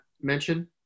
mention